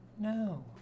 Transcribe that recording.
No